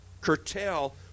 curtail